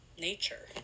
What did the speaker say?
nature